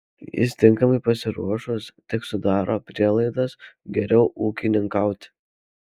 jis tinkamai pasiruošus tik sudaro prielaidas geriau ūkininkauti